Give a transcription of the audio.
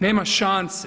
Nema šanse.